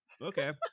okay